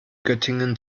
göttingen